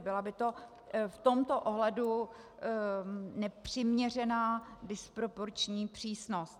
Byla by to v tomto ohledu nepřiměřená disproporční přísnost.